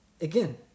again